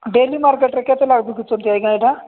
daily ମାର୍କେଟରେ କେତେ ଲେଖା ବିକୁଛନ୍ତି ଆଜ୍ଞା ଏଇଟା